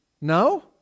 No